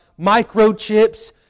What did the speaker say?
microchips